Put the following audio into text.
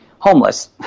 homeless